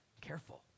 careful